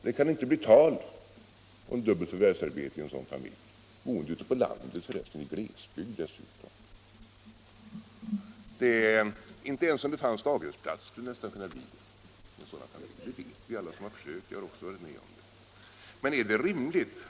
Det kan inte bli tal om dubbelt förvärvsarbete i en sådan familj. Hon bor dessutom på landet, i glesbygd. Inte ens om det fanns daghemsplatser skulle det vara möjligt, det vet alla som har försökt.